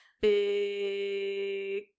Big